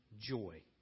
joy